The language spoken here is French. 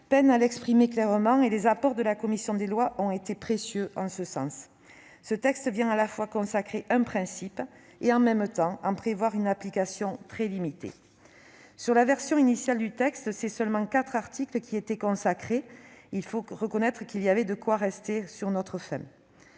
peinait à l'exprimer clairement : les apports de la commission des lois ont été précieux en ce sens. Ce texte vient à la fois consacrer un principe et, en même temps, en prévoir une application très limitée. Dans la version initiale du texte, quatre articles seulement y étaient consacrés. Il faut reconnaître qu'il y avait de quoi rester sur notre faim